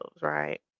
right